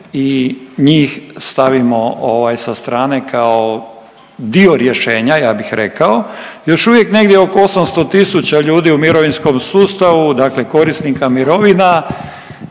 i njih stavimo ovaj sa strane kao dio rješenja ja bih rekao i još uvijek negdje oko 800 tisuća ljudi u mirovinskom sustavu dakle korisnika mirovina